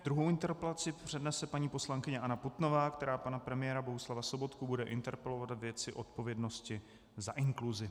Druhou interpelaci přednese paní poslankyně Anna Putnová, která pana premiéra Bohuslava Sobotku bude interpelovat ve věci odpovědnosti za inkluzi.